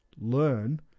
learn